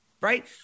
Right